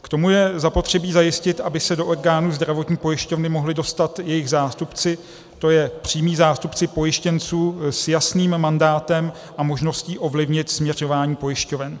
K tomu je zapotřebí zajistit, aby se do orgánů zdravotní pojišťovny mohli dostat jejich zástupci, to je přímí zástupci pojištěnců s jasným mandátem a možností ovlivnit směřování pojišťoven.